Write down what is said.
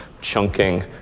chunking